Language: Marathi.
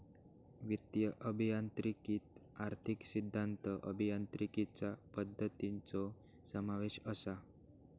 वित्तीय अभियांत्रिकीत आर्थिक सिद्धांत, अभियांत्रिकीचा पद्धतींचो समावेश असा